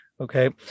Okay